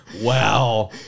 Wow